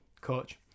coach